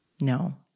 No